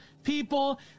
people